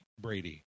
Brady